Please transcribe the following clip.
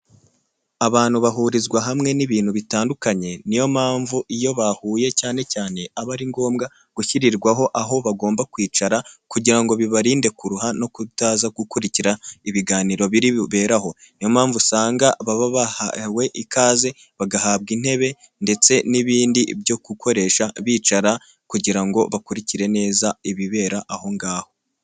Abantu bahurizwa hamwe n'ibintu bitandukanye niyo mpamvu iyo bahuye cyane cyane aba ari ngombwa gushyirirwaho aho bagomba kwicara kugira ngo bibarinde kuruha no kutaza gukurikira ibiganiro biri buberaho niyo mpamvu usanga baba bahawe ikaze bagahabwa intebe ndetse n'ibindi byo gukoresha bicara kugira ngo bakurikire neza ibibera ahongaho.